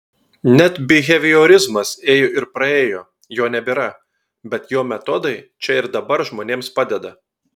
net biheviorizmas ėjo ir praėjo jo nebėra bet jo metodai čia ir dabar žmonėms padeda